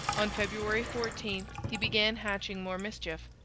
on february fourteen he began hatching more mischief.